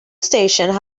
station